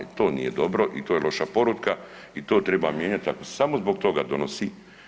To nije dobro i to je loša poruka i to triba mijenjati ako se samo zbog toga donosi.